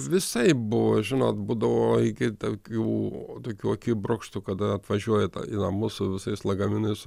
visaip buvo žinot būdavo iki tokių tokių akibrokštų kada atvažiuoja ta į namus su visais lagaminais